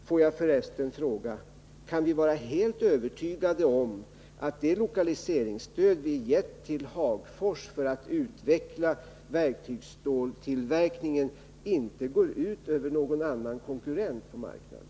Får jag för resten fråga: Kan vi vara helt övertygade om att det lokaliseringsstöd vi gett till Hagfors för att utveckla verktygsstålstillverkningen inte går ut över någon annan konkurrent på marknaden?